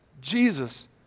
Jesus